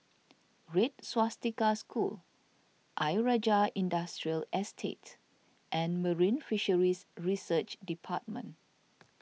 Red Swastika School Ayer Rajah Industrial Estate and Marine Fisheries Research Department